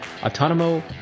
Autonomo